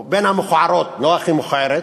או בין המכוערות, לא הכי מכוערת,